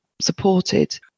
supported